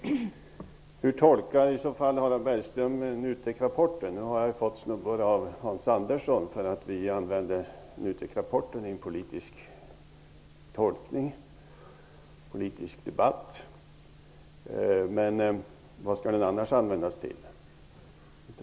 Hur tolkar i så fall Harald Bergström NUTEK rapporten? Jag har fått snubbor av Hans Andersson för att vi använder NUTEK-rapporten i en politisk debatt. Men vad skall den annars användas till?